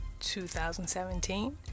2017